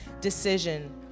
decision